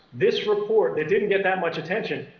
this report, that didn't get that much attention,